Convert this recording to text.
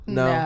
no